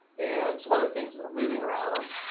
and some other things that were moving around